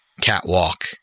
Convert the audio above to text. catwalk